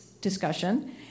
discussion